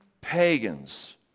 pagans